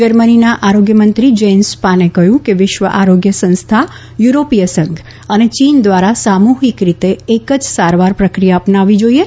જર્મનીના આરોગ્યમંત્રી જેન્સ સ્પાને કહ્યું કે વિશ્વ આરોગ્ય સંસ્થા યુરોપીય સંઘ અને ચીન દ્વારા સામૂહીક રીતે એક જ સારવાર પ્રક્રિયા અપનાવવી જોઇએ